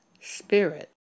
spirit